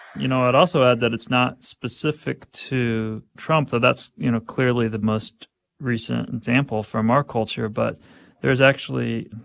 you know, i'd also add that it's not specific to trump. so that's, you know, clearly the most recent example from our culture. but there is actually,